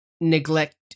neglect